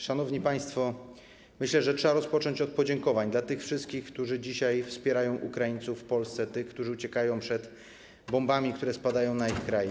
Szanowni państwo, myślę, że trzeba rozpocząć od podziękowań dla tych wszystkich, którzy dzisiaj wspierają Ukraińców w Polsce, tych, którzy uciekają przed bombami, które spadają na ich kraj.